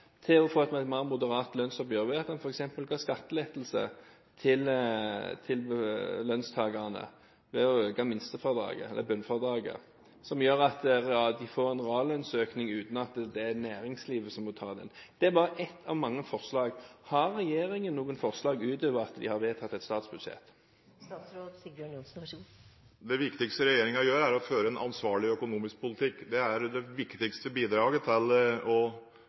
til et mer moderat lønnsoppgjør ved at man f.eks. ga skattelettelse til lønnstakerne ved å øke bunnfradraget. Det gjør at de får en reallønnsøkning uten at det er næringslivet som må ta den. Det er bare ett av mange forslag. Har regjeringen noen forslag utover at de har fått vedtatt et statsbudsjett? Det viktigste regjeringen gjør, er å føre en ansvarlig økonomisk politikk. Det er det viktigste bidraget for å